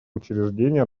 учреждений